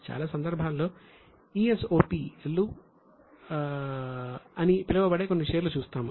చాలా సందర్భాల్లో ESOP లు అని పిలువబడే కొన్ని షేర్లు చూస్తాము